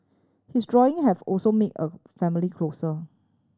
his drawing have also made a family closer